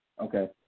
Okay